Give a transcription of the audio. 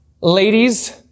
ladies